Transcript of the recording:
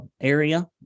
area